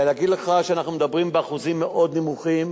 להגיד לך שאנחנו מדברים באחוזים מאוד נמוכים,